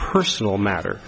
personal matter